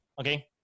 Okay